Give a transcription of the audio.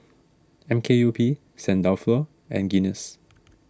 M K U P Saint Dalfour and Guinness